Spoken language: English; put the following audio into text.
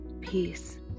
peace